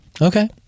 Okay